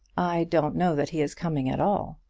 i don't know that he is coming at all.